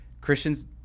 Christians